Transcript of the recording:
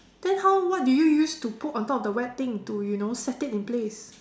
then how what do you use to put on top of the wet thing to you know set it in place